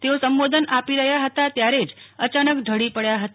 તેઓ સંબોધન આપી રહ્યા હતા ત્યારે જ અચાનક ઢળી પડ્યા હતા